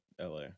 LA